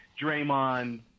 Draymond